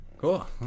Cool